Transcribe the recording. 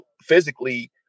physically